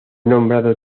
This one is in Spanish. nombrado